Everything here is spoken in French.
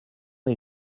est